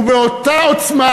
ובאותה עוצמה,